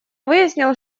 выяснил